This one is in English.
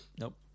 Nope